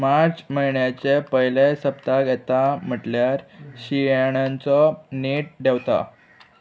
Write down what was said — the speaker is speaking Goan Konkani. मार्च म्हयन्याचे पयले सप्तक येता म्हटल्यार शियाळ्याचो नेट देंवता